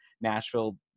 Nashville